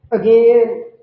Again